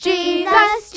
Jesus